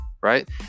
Right